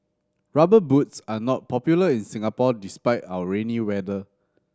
Rubber Boots are not popular in Singapore despite our rainy weather